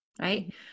right